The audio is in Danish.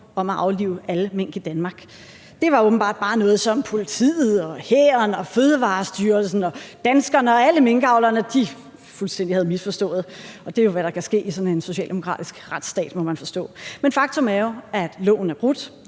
om at aflive alle mink i Danmark; det var åbenbart bare noget, som politiet og hæren og Fødevarestyrelsen og danskerne og alle minkavlerne fuldstændig havde misforstået, og det er jo, hvad der kan ske i sådan en socialdemokratisk retsstat, må man forstå. Men faktum er jo, at loven er brudt,